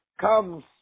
comes